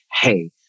Hey